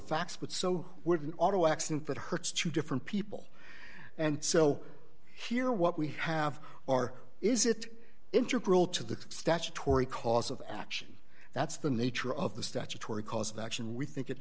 facts but so would an auto accident that hurts two different people and so here what we have are is it integral to the statutory cause of action that's the nature of the statutory cause of action we think it